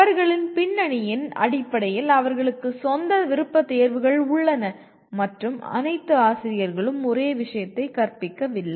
அவர்களின் பின்னணியின் அடிப்படையில் அவர்களுக்கு சொந்த விருப்பத்தேர்வுகள் உள்ளன மற்றும் அனைத்து ஆசிரியர்களும் ஒரே விஷயத்தை கற்பிக்கவில்லை